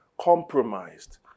compromised